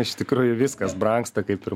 iš tikrųjų viskas brangsta kaip ir